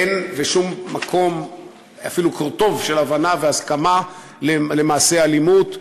אין בשום מקום אפילו קורטוב של הבנה והסכמה למעשי אלימות,